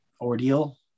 ordeal